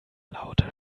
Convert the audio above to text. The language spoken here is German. lauter